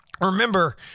remember